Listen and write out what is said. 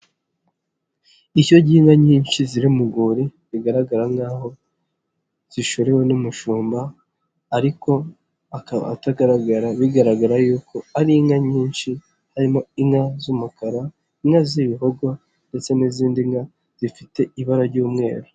Ishyo ry'inka nyinshi ziri mu rwuri bigaragara nk'aho zishorewe n'umushumba ariko akaba atagaragara, bigaragara yuko ari inka nyinshi harimo inka z'umukara, inka z'ibihogo, ndetse n'izindi nka zifite ibara ry'umweru.